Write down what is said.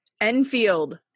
enfield